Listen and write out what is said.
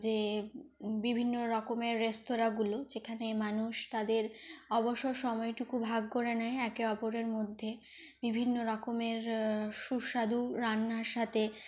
যে বিভিন্নরকমের রেস্তোরাঁগুলো যেখানে মানুষ তাদের অবসর সময়টুকু ভাগ করে নেয় একে অপরের মধ্যে বিভিন্ন রকমের সুস্বাদু রান্নার সাথে